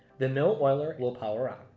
the mill oiler will power on.